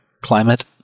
climate